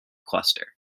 cluster